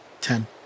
Ten